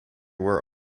were